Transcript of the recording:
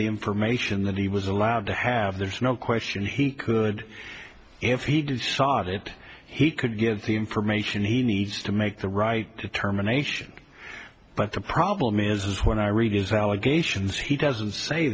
the information that he was allowed to have there's no question he could if he sought it he could give the information he needs to make the right to terminations but the problem is when i read his allegations he doesn't say